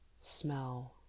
smell